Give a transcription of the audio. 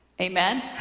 amen